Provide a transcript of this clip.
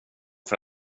för